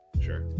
Sure